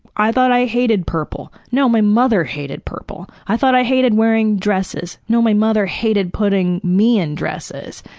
i thought i hated purple. no, my mother hated purple. i thought i hated wearing dresses. no, my mother hated putting me in dresses.